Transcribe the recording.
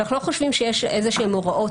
אנחנו לא חושבים שיש איזה שהן הוראות